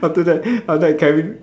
after that after that Kevin